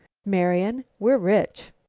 marian, we're rich!